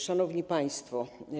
Szanowni Państwo!